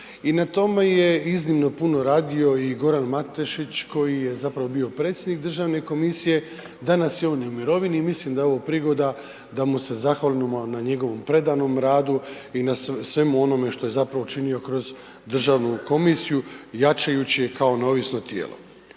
i na tome je iznimno puno radio i Goran Matešić koji je zapravo bio predsjednik državne komisije, danas je on i u mirovini i mislim da je ovo prigoda da mu se zahvalimo na njegovom predanom radu i na svemu onome što je zapravo učinio kroz državnu komisiju jačajući je kao neovisno tijelo.